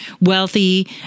wealthy